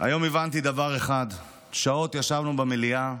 היום הבנתי דבר אחד: שעות ישבנו במליאה,